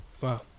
Wow